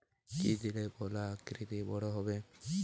কি দিলে কলা আকৃতিতে বড় হবে?